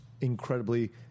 incredibly